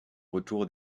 retour